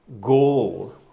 goal